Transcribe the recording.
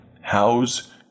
how's